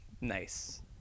Nice